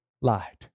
lied